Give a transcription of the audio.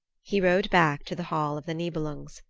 he rode back to the hall of the nibelungs,